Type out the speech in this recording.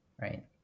right